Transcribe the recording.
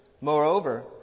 Moreover